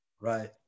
Right